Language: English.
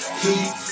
heat